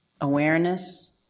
awareness